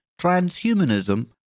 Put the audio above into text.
transhumanism